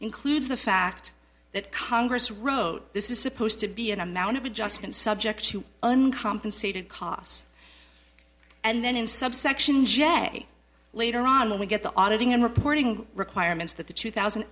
includes the fact that congress wrote this is supposed to be an amount of adjustment subject to uncompensated costs and then in subsection j later on when we get the auditing and reporting requirements that the two thousand